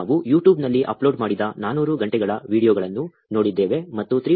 ನಾವು YouTube ನಲ್ಲಿ upload ಮಾಡಿದ 400 ಗಂಟೆಗಳ ವೀಡಿಯೊಗಳನ್ನು ನೋಡಿದ್ದೇವೆ ಮತ್ತು 3